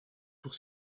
pour